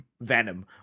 venom